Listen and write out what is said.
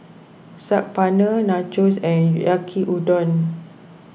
Saag Paneer Nachos and Yaki Udon